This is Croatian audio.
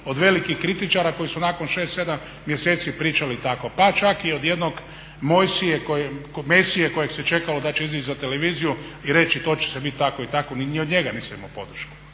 od velikih kritičara koji su nakon 6, 7 mjeseci pričali tako pa čak i od jednog Mojsije, Mesije kojeg se čekalo da će izaći za televiziju i reći to će biti tako i tako, ni od njega nisam imao podršku.